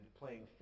playing